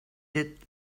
did